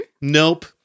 Nope